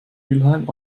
mülheim